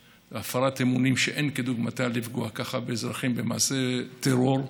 זו הפרת אמונים שאין כדוגמתה לפגוע כך באזרחים במעשה טרור,